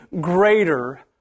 greater